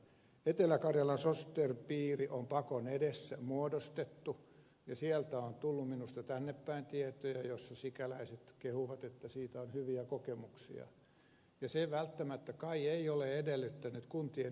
etelä karjalan sosiaali ja terveyspiiri on pakon edessä muodostettu ja sieltä on tullut minusta tännepäin tietoja joissa sikäläiset kehuvat että siitä on hyviä kokemuksia ja se välttämättä kai ei ole edellyttänyt kuntien yhdistymistä